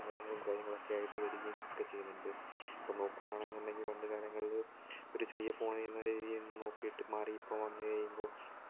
സഹായങ്ങളും കാര്യങ്ങളും ആയിട്ട് വരുകയും ഒക്കെ ചെയ്യുന്നുണ്ട് അപ്പോൾ നോക്കുകയാണെങ്കി പണ്ട് കാലങ്ങളില് ഒരു ചെറിയ ഫോണ് എന്ന രീതിയില് നിന്ന് നോക്കിട്ടു മാറി ഇപ്പം വന്ന് കഴിയുമ്പോൾ